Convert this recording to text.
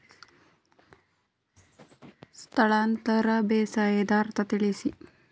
ಸ್ಥಳಾಂತರ ಬೇಸಾಯದ ಅರ್ಥ ತಿಳಿಸಿ?